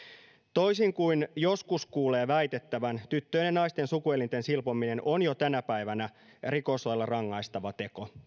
toisin kuin joskus kuulee väitettävän tyttöjen ja naisten sukuelinten silpominen on jo tänä päivänä rikoslailla rangaistava teko